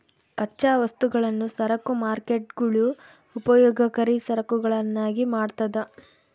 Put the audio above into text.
ಕಚ್ಚಾ ವಸ್ತುಗಳನ್ನು ಸರಕು ಮಾರ್ಕೇಟ್ಗುಳು ಉಪಯೋಗಕರಿ ಸರಕುಗಳನ್ನಾಗಿ ಮಾಡ್ತದ